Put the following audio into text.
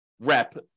rep